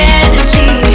energy